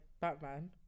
Batman